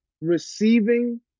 receiving